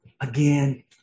again